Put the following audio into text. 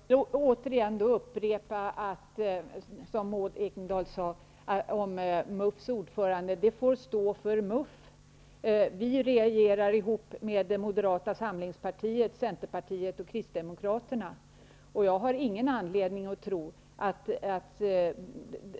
Fru talman! Jag vill återigen upprepa det som Maud Ekendahl sade. Det som sägs av MUF:s ordförande får stå för MUF. Vi regerar ihop med Moderata samlingspartiet, Centerpartiet och Kristdemokraterna. Jag har inte någon anledning att tro att